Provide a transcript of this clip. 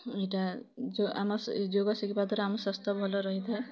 ଇଟା ଆମର୍ ଯୋଗ୍ ଶିଖିବା ଦ୍ୱାରା ଆମ ସ୍ୱାସ୍ଥ ଭଲ ରହିଥାଏ